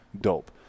dope